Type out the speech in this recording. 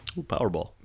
Powerball